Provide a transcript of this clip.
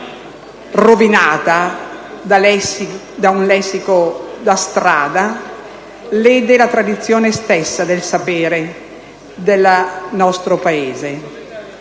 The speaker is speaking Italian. rovinata da un lessico da strada lede la tradizione stessa del sapere del nostro Paese.